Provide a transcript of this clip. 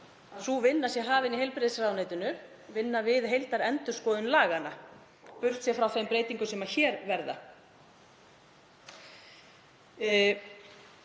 sú vinna sé hafin í heilbrigðisráðuneytinu, vinna við heildarendurskoðun laganna, burt séð frá þeim breytingum sem hér verða.